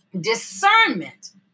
discernment